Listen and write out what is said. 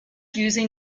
using